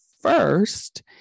first